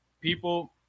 people